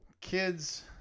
kids